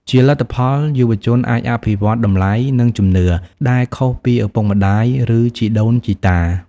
ជាលទ្ធផល យុវជនអាចអភិវឌ្ឍតម្លៃ និងជំនឿដែលខុសពីឪពុកម្តាយ ឬជីដូនជីតា។